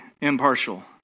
impartial